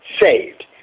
saved